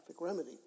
remedy